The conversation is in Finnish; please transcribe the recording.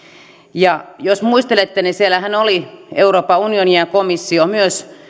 ja jos muistelette niin siellähän oli euroopan unioni ja komissio myös